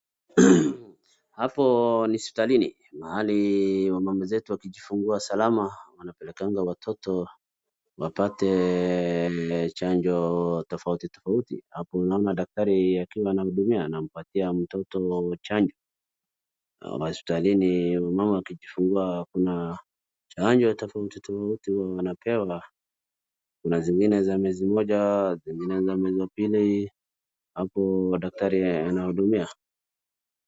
Hapo ni hospitalini. Mahali wamama zetu wakijifungua salama wanapelekanga watoto wapate chanjo tofautitofauti. Hapo naona daktari akiwa anahudumia, anampatia mtoto chanjo. Hospitalini wamama wakijifungua kuna chanjo tofautitofauti huwa wanapewa. Kuna zingine za mwezi moja, zingine za miezi mbili, hapo daktari anahudumia.